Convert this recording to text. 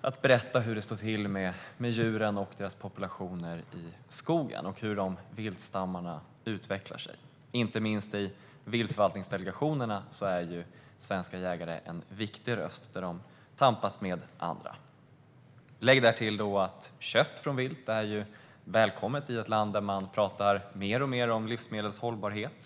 att berätta om hur det står till med djuren i skogen och hur viltstammarna utvecklar sig. Inte minst i viltförvaltningsdelegationerna är svenska jägare en viktig röst som tampas med andra. Lägg därtill att kött från vilt är välkommet i ett land där vi talar mer och mer om hållbara livsmedel.